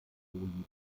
besonders